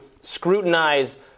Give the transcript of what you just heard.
scrutinize